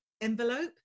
envelope